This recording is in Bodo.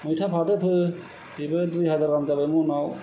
मैथा फाथो फो बेबो दुइ हाजार गाहाम जाबाय महनाव